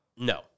No